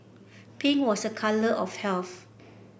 pink was a colour of health